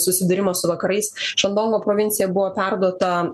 susidūrimą su vakarais šandongo provincija buvo perduota